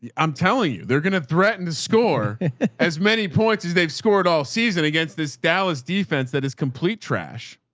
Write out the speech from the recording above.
i'm telling you, they're going to threaten to score as many points as they've scored all season against this dallas defense that is complete trash.